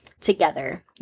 together